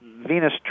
Venus